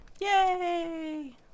Yay